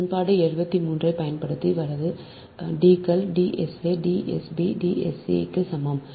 சமன்பாடு 73 ஐப் பயன்படுத்தி வலது D கள் D s a D s b D s c க்கு சமம்